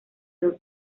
dos